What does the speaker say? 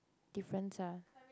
difference ah